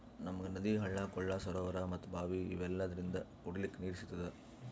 ನಮ್ಗ್ ನದಿ ಹಳ್ಳ ಕೊಳ್ಳ ಸರೋವರಾ ಮತ್ತ್ ಭಾವಿ ಇವೆಲ್ಲದ್ರಿಂದ್ ಕುಡಿಲಿಕ್ಕ್ ನೀರ್ ಸಿಗ್ತದ